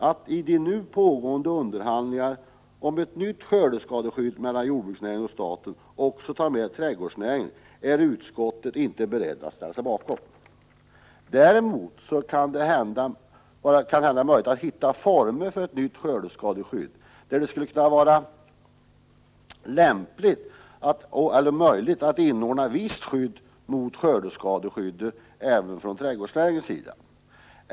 Att i de nu pågående underhandlingarna om ett nytt skördeskadeskydd mellan jordbruksnäringen och staten också ta med trädgårdsnäringen är utskottet inte berett att gå med på. Däremot är det kanhända möjligt att man kan hitta former för ett nytt skördeskadeskydd, där det skulle kunna vara möjligt att inbegripa ett visst skydd mot skördeskador på trädgårdsprodukter.